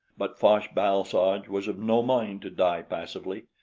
but fosh-bal-soj was of no mind to die passively.